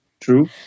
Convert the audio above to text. True